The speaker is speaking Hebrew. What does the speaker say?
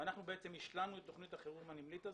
ואנחנו בעצם השלמנו את תוכנית החירום הנמלית הזאת.